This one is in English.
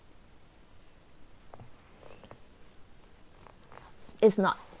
it's not